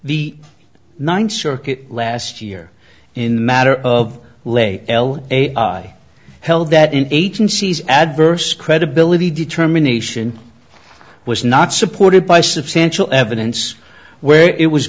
the ninth circuit last year in the matter of lay l a i held that in agencies adverse credibility determination was not supported by substantial evidence where it was